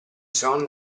son